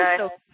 Okay